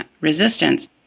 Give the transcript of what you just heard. resistance